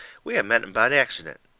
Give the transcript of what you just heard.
we had met him by accident.